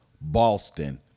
Boston